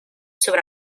sobre